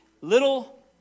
little